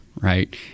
right